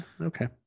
Okay